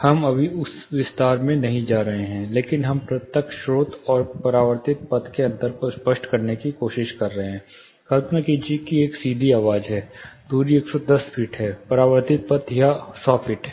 हम अभी उस विस्तार में नहीं जा रहे हैं लेकिन हम प्रत्यक्ष स्रोत और परावर्तित पथ के अंतर को स्पष्ट करने की कोशिश कर रहे हैं कल्पना कीजिए कि एक सीधी आवाज है दूरी 110 फीट है परावर्तित पथ यह 100 फीट है